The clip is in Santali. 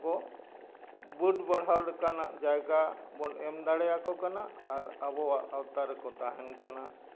ᱟᱠᱚ ᱵᱟᱹᱰ ᱵᱟᱲᱦᱟᱣ ᱞᱮᱠᱟᱱᱟᱜ ᱡᱟᱭᱜᱟ ᱵᱚᱱ ᱮᱢ ᱫᱟᱲᱮᱭᱟᱠᱚ ᱠᱟᱱᱟ ᱟᱨ ᱟᱵᱚᱣᱟᱜ ᱟᱣᱛᱟ ᱨᱮᱠᱚ ᱛᱟᱦᱮᱱ ᱠᱟᱱᱟ